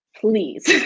please